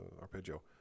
arpeggio